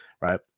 Right